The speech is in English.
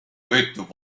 with